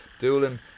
Doolin